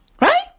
right